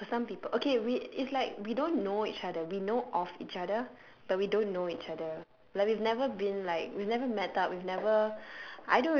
ya for some people okay we it's like we don't know each other we know of each other but we don't know each other like we've never been like we've never met up we've never